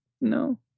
No